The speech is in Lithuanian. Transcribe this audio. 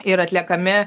ir atliekami